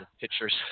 pictures